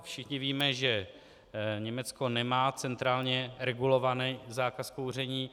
Všichni víme, že Německo nemá centrálně regulovaný zákaz kouření.